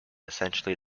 essentially